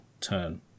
turn